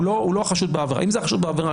לא חשוד בעבירה אם הוא חשוד בעבירה,